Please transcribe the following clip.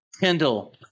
Kendall